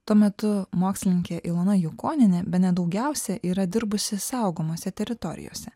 tuo metu mokslininkė ilona jukonienė bene daugiausia yra dirbusi saugomose teritorijose